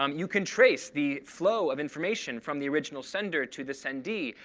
um you can trace the flow of information from the original sender to the sendee,